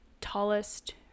tallest